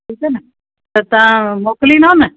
ठीकु आहे न त तव्हां मोकिलिंदो न